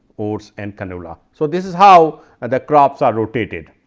oats, and canola. so, this is how and the crops are rotated.